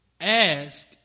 ask